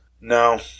no